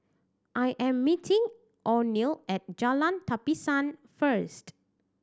I am meeting Oneal at Jalan Tapisan first